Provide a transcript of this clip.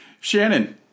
Shannon